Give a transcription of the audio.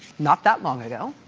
not that long ago,